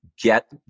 get